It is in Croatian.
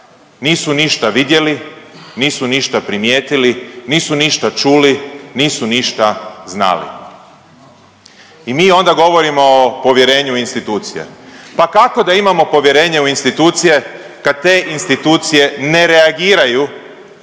nisu ništa vidjeli, nisu ništa primijetili, nisu ništa čuli, nisu ništa znali i mi onda govorimo o povjerenju u institucije. Pa kako da imamo povjerenje u institucije kad te institucije ne reagiraju